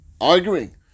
arguing